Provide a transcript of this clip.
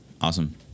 Awesome